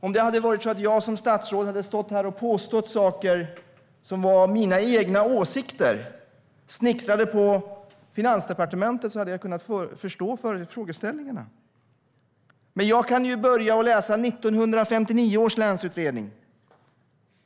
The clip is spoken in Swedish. Om jag som statsråd hade stått här och påstått sådant som var mina egna åsikter, hopsnickrade på Finansdepartementet, hade jag kunnat förstå frågeställarna. Jag kan börja med att läsa 1959 års länsutredning.